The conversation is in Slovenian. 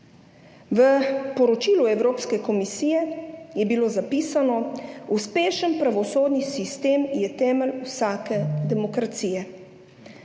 V poročilu Evropske komisije je bilo zapisano: »Uspešen pravosodni sistem je temelj vsake demokracije.«